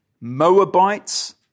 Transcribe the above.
Moabites